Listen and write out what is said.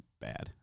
bad